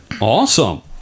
Awesome